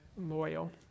loyal